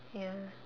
ya